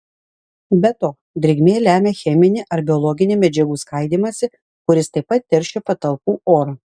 be to drėgmė lemia cheminį ar biologinį medžiagų skaidymąsi kuris taip pat teršia patalpų orą